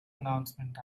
announcement